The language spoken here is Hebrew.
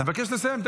אני מבקש לסיים.